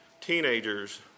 teenagers